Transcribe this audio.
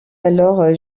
alors